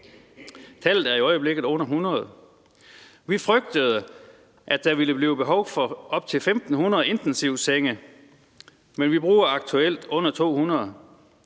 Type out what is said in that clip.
Tallet er i øjeblikket under 100. Vi frygtede, at der ville blive behov for op til 1.500 intensivsenge, men vi bruger aktuelt under 200.